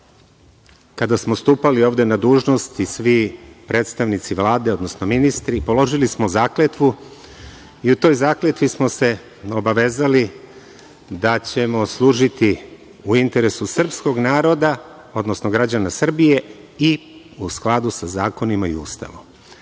kada smo stupali ovde na dužnost i svi predstavnici Vlade odnosno ministri, položili smo zakletvu i u toj zakletvi smo se obavezali da ćemo služiti u interesu srpskog naroda, odnosno građana Srbije i u skladu sa zakonima i Ustavom.